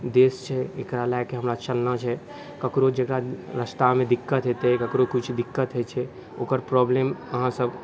देश छै एकरा लऽ कऽ हमरा चलना छै ककरो जकरा रस्तामे दिक्कत हेतै ककरो किछु दिक्कत होइ छै ओकर प्राॅब्लम अहाँसब